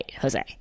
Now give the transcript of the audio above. Jose